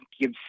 give